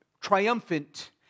triumphant